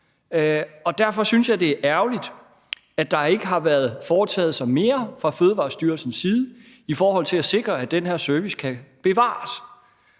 Derfor synes jeg, det er ærgerligt, at der ikke har været foretaget mere fra Fødevarestyrelsens side i forhold til at sikre, at den her service kan bevares.